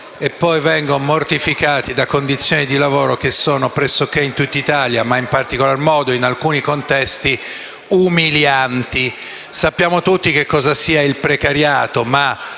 e poi vengono mortificati da condizioni di lavoro umilianti pressoché in tutta Italia, ma in particolare in alcuni contesti. Sappiamo tutti cosa sia il precariato, ma